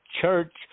church